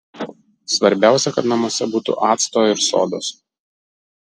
svarbiausia kad namuose būtų acto ir sodos